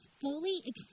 fully